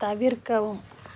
தவிர்க்கவும்